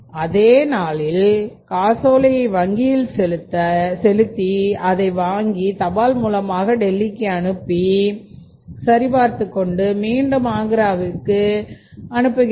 அதே நாளில் காசோலையை வங்கியில் செலுத்தி அதை வங்கி தபால் மூலமாக டெல்லிக்கு அனுப்பி சரிபார்த்துக் கொண்டு மீண்டும் ஆக்ராவிற்கு அனுப்புகிறது